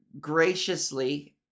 graciously